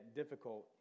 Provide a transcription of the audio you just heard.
difficult